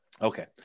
Okay